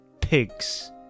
pigs